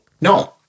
no